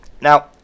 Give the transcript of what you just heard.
Now